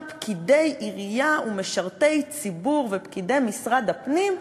פקידי עירייה ומשרתי ציבור ופקידי משרד הפנים,